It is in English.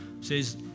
says